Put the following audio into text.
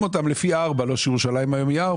אותם לפי 4. לא שירושלים היום היא 4,